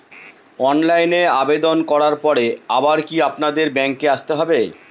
অনলাইনে আবেদন করার পরে আবার কি আপনাদের ব্যাঙ্কে আসতে হবে?